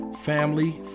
family